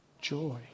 joy